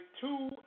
two